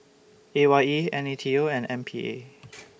A Y E N A T O and M P A